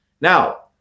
Now